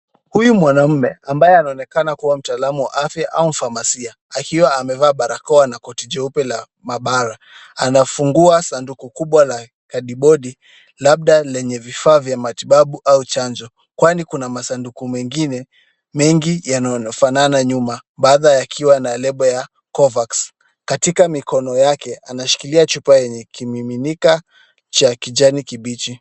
Huyu mwanamume ambaye anaonekana kuwa mtaalamu wa afya au mfamasia, akiwa amevaa barakoa na koti jeupe la maabara. Anafungua sanduku kubwa la kadibodi, labda lenye vifaa vya matibabu au chanjo, kwani kuna masanduku mengine mengi yanayofanana nyuma, baadhi yakiwa na lebo ya Covax. Katika mikono yake anashikilia chupa yenye kimiminika cha kijani kibichi.